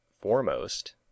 foremost